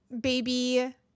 baby